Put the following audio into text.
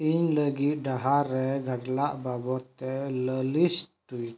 ᱤᱧ ᱞᱟᱹᱜᱤᱫ ᱰᱟᱦᱟᱨ ᱨᱮ ᱜᱟᱰᱞᱟᱜ ᱵᱟᱵᱚᱛ ᱛᱮ ᱞᱟᱹᱞᱤᱥ ᱴᱩᱭᱤᱴ